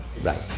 right